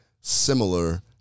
similar